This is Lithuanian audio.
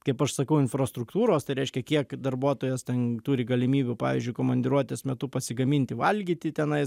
kaip aš sakau infrastruktūros tai reiškia kiek darbuotojas ten turi galimybių pavyzdžiui komandiruotės metu pasigaminti valgyti tenai